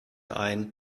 ein